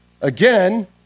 Again